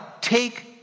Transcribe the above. take